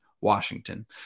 Washington